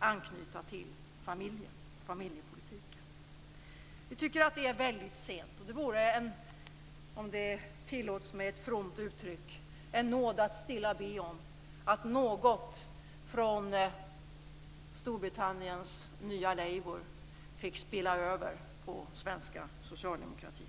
anknyta till familjen och familjepolitiken. Vi tycker att det är väldigt sorgligt. Och det vore - om det tillåts mig ett fromt uttryck - en nåd att stilla be om att något från Storbritanniens nya labour fick spilla över på den svenska socialdemokratin.